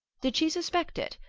did she suspect it?